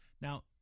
Now